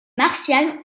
martial